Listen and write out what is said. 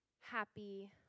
happy